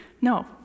No